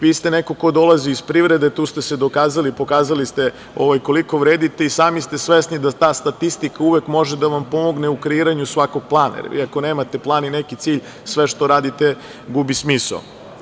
Vi ste neko ko dolazi iz privrede, tu ste se dokazali, pokazali ste koliko vredite i sami ste svesni da ta statistika uvek može da vam pomogne u kreiranju svakog plana, jer ako nemate plan i neki cilj, sve što radite gubi smisao.